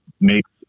makes